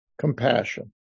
compassion